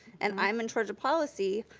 and i'm in charge of policy,